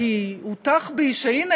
כי הוטח בי שהנה,